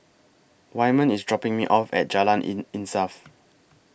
Wyman IS dropping Me off At Jalan in Insaf